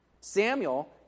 Samuel